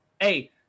Hey